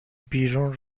بیرون